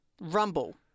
Rumble